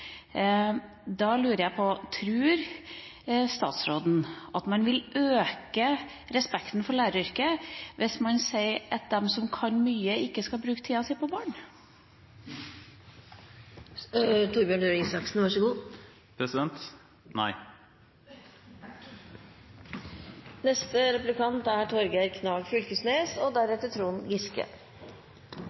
Da lurer jeg på: Tror statsråden at man vil øke respekten for læreryrket hvis man sier at de som kan mye, ikke skal bruke tida si på barn? Nei! Eg har eit spørsmål om dei matematiske, naturvitskaplege og tekniske faga, for i eit svarbrev frå ministeren seier han at det er